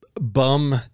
bum